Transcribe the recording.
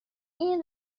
این